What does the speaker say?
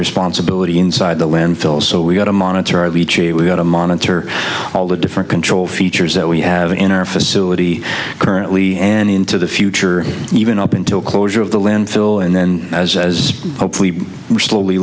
responsibility inside the landfill so we've got to monitor the tree we've got to monitor all the different control features that we have in our facility currently and into the future even up until closure of the landfill and then as as hopefully we're slowly